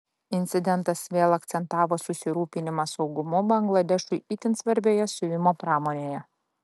incidentas vėl akcentavo susirūpinimą saugumu bangladešui itin svarbioje siuvimo pramonėje